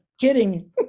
kidding